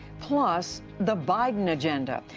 plus the biden agenda.